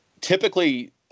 typically